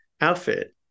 outfit